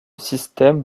système